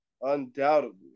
undoubtedly